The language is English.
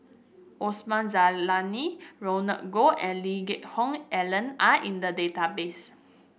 Osman Zailani Roland Goh and Lee Geck Hoon Ellen are in the database